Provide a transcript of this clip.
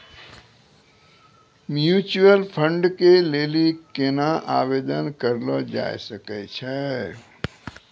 Mutual fund के लेली केना आवेदन करलो जाय सकै छै?